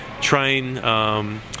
train